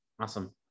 Awesome